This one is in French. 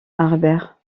harbert